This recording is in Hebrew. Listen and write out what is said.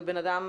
ולמישהו